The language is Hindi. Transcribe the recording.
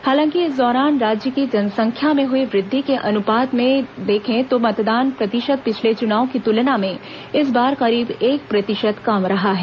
हालांकि इस दौरान राज्य की जनसंख्या में हुई वृद्धि के अनुपात में देखें तो मतदान प्रतिशत पिछले चुनाव की तुलना में इस बार करीब एक प्रतिशत कम रहा है